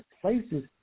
places